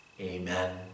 Amen